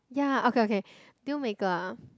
ya okay okay deal maker ah